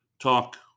talk